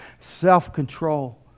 self-control